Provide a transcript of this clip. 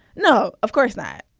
no, of course not.